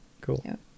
Cool